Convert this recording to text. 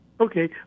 Okay